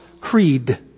Creed